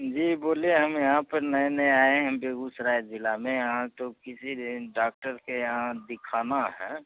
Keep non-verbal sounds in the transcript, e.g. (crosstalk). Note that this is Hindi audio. जी बोले हम यहाँ पर नए नए आए हम बेगूसराय ज़िले में यहाँ तो किसी (unintelligible) डॉक्टर के यहाँ दिखाना है